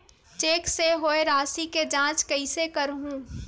Cheque से होए राशि के जांच कइसे करहु?